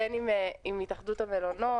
בין אם זה התאחדות המלונות.